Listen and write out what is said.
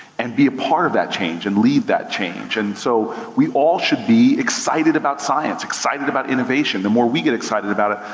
and be a part of that change, and lead that change. and so, we all should be excited about science, excited about innovation, the more we get excited about it,